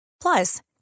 Plus